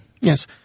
Yes